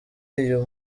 uyu